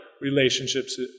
relationships